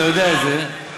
אתה יודע את זה,